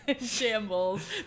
shambles